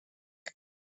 que